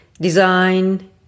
design